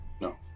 No